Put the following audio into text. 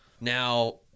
Now